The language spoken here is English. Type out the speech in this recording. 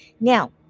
Now